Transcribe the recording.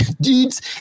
dudes